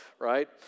right